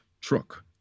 truck